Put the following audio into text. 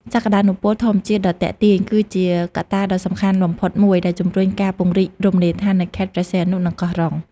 សក្តានុពលធម្មជាតិដ៏ទាក់ទាញ គឺជាកត្តាដ៏សំខាន់បំផុតមួយដែលជំរុញការពង្រីករមណីយដ្ឋាននៅខេត្តព្រះសីហនុ និងកោះរ៉ុង។